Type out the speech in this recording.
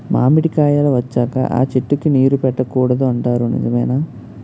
మామిడికాయలు వచ్చాక అ చెట్టుకి నీరు పెట్టకూడదు అంటారు నిజమేనా?